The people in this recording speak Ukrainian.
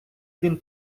він